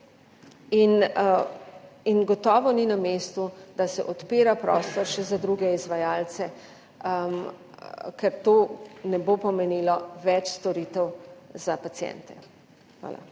Gotovo ni na mestu, da se odpira prostor še za druge izvajalce, ker to ne bo pomenilo več storitev za paciente. Hvala.